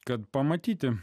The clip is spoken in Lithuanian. kad pamatyti